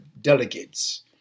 delegates